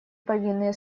повинные